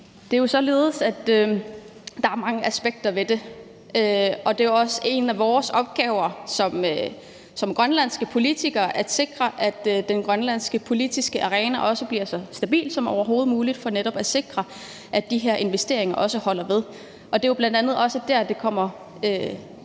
Det er jo således, at der er mange aspekter ved det, og det er også en af vores opgaver som grønlandske politikere at sikre, at den grønlandske politiske arena bliver så stabil som overhovedet muligt for netop at sikre, at de her investeringer også holder ved. Det er jo bl.a. også der, hvor det bliver